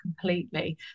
completely